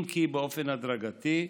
אם כי באופן הדרגתי,